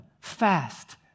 fast